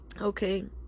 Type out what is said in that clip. okay